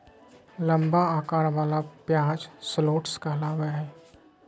लंबा अकार वला प्याज शलोट्स कहलावय हय